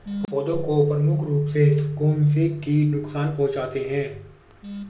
पौधों को प्रमुख रूप से कौन कौन से कीट नुकसान पहुंचाते हैं?